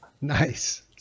Nice